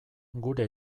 gure